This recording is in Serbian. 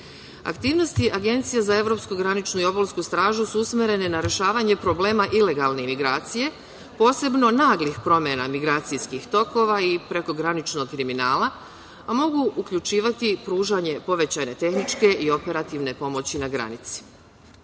Aktivnosti Agencije za evropsku graničnu i obalsku stražu su usmerene na rešavanje problema ilegalne migracije, posebno naglih promena migracijskih tokova i prekograničnog kriminala, a mogu uključivati pružanje povećane tehničke i operativne pomoći na granici.U